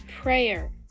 prayer